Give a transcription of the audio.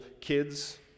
kids